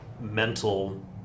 mental